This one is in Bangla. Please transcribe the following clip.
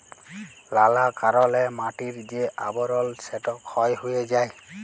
লালা কারলে মাটির যে আবরল সেট ক্ষয় হঁয়ে যায়